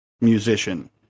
musician